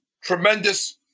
tremendous